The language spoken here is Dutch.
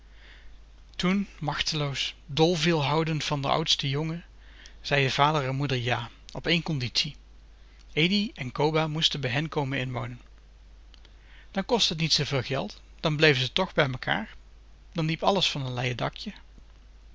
toen machteloos dol veel houdend van d'r oudsten jongen zeien vader en moeder jà op één conditie edi en coba moesten bij hen komen inwonen dan kostte t niet zoo veel geld dan bleven ze tch bij mekaar dan liep alles van n leien dakje